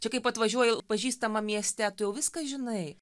čia kaip atvažiuoji pažįstamam mieste tu jau viską žinai